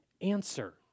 Answer